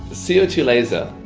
the c o two laser,